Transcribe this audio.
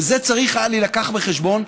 וזה צריך היה להילקח בחשבון,